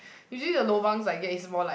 usually the lobangs I get is more like